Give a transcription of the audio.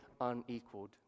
unequaled